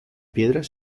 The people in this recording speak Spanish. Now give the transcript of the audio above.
piedras